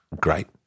Great